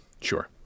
Sure